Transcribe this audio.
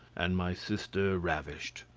and my sister ravished.